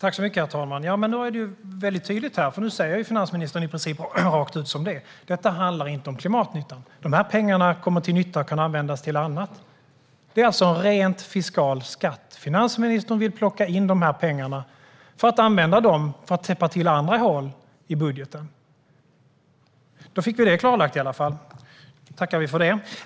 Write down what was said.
Herr talman! Nu blir det väldigt tydligt, för nu säger finansministern i princip rakt ut som det är: Detta handlar inte om klimatnytta. De här pengarna kommer till nytta och kan användas till annat. Det är alltså en rent fiskal skatt. Finansministern vill plocka in de här pengarna för att använda dem till att täppa till andra hål i budgeten. Då fick vi i alla fall det klarlagt. Det tackar vi för.